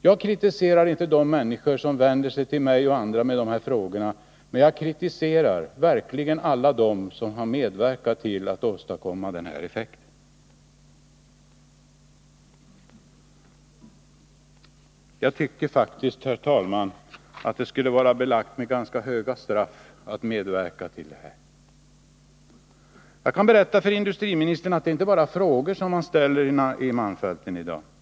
Jag kritiserar inte de människor som vänder sig till mig och andra med de här frågorna, men jag kritiserar verkligen alla dem som har medverkat till att åstadkomma den här effekten. Jag tycker faktiskt, herr talman, att det borde vara belagt med ganska höga straff att förfara på det sätt man har gjort. Jag kan berätta för industriministern att människorna i malmfälten inte bara ställer frågor.